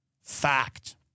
Fact